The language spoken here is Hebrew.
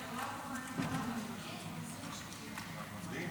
תודה רבה, אדוני